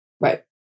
Right